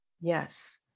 yes